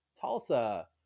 Tulsa